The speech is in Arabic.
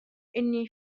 إني